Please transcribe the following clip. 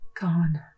gone